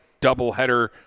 doubleheader